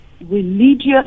religious